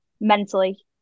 mentally